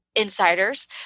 insiders